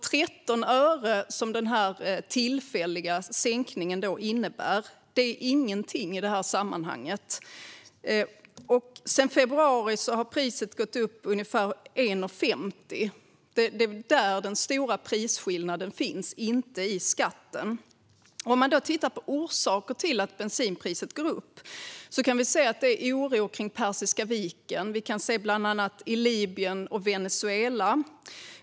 13 öre, som den tillfälliga sänkningen innebär, är ingenting i detta sammanhang. Sedan februari har priset gått upp med ungefär 1,50. Det är där den stora prisskillnaden finns, inte i skatten. Om vi tittar på orsaken till att bensinpriset går upp kan vi se att det är oro kring Persiska viken, och vi kan se det bland annat i Libyen och Venezuela.